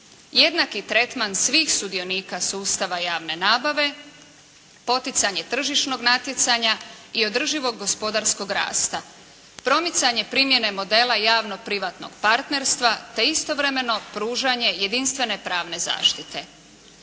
Jednaki tretman svih sudionika sustava javne nabave, poticanje tržišnog natjecanja i održivog gospodarskog rasta. Promicanje primjene modela javnog privatnog partnerstva te istovremeno pružanje jedinstvene pravne zaštite.